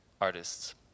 artists